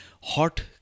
hot